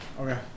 Okay